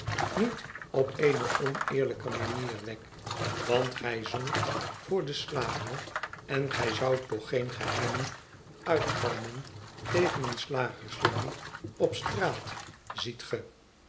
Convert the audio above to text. niet op eene oneerlijke manier wegg want gij zongt voor den slager en gij zoudt toch geen geheimen uitgalmen tegen een slagersjongen op straat ziet ge